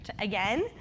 again